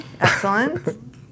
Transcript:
excellent